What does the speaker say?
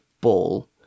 ball